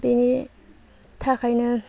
बेनि थाखायनो